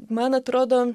man atrodo